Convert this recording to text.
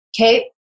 Okay